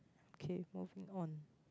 okay moving on